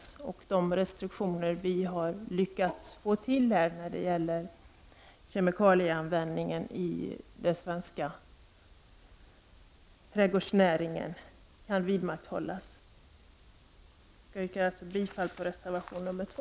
Vidare gäller det att de restriktioner som man har lyckats få till stånd när det gäller kemikalieanvändningen i svensk trädgårdsnäring kan vidmakthållas. Jag yrkar bifall till reservation 2.